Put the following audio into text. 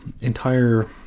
entire